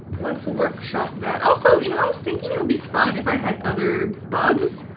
let's workshop that. also you know i was thinking it would be fun if i had other bugs.